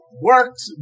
works